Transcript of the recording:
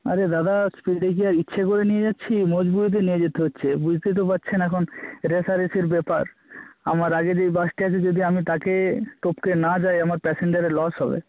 আরে দাদা স্পিডে কি আর ইচ্ছে করে নিয়ে যাচ্ছি মজবুরিতে নিয়ে যেতে হচ্ছে বুঝতেই তো পাচ্ছেন এখন রেষারেষির ব্যাপার আমার আগের এই বাসটি আছে যদি আমি তাকে টপকে না যাই আমার প্যাসেঞ্জারে লস হবে